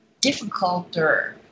difficulter